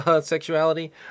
sexuality